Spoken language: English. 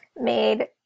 made